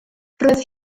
roedd